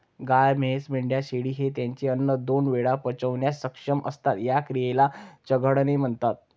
गाय, म्हैस, मेंढ्या, शेळी हे त्यांचे अन्न दोन वेळा पचवण्यास सक्षम असतात, या क्रियेला चघळणे म्हणतात